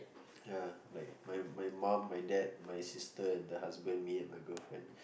ya like my my mum my dad my sister and her husband me and her girlfriend